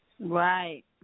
Right